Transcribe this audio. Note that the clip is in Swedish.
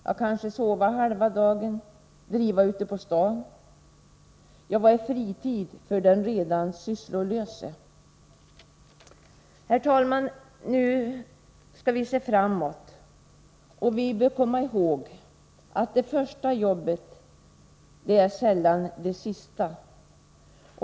Kanske skulle de sova halva dagen eller driva ute på stan. Vad är fritid för den redan sysslolöse? Herr talman! Nu skall vi se framåt, och vi bör komma ihåg att det första jobbet sällan är det sista.